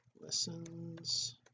lessons